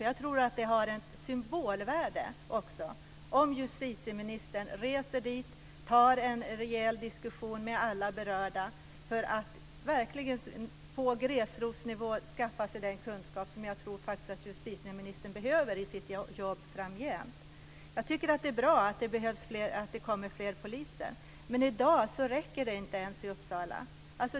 Jag tror att det också har ett symbolvärde om justitieministern reser dit, tar en rejäl diskussion med alla berörda för att verkligen på gräsrotsnivå skaffa sig den kunskap som jag tror att justitieministern behöver i sitt jobb framgent. Jag tycker att det är bra att det kommer till fler poliser. Men i dag räcker det inte ens i Uppsala.